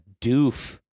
doof